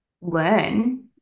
learn